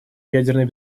ядерной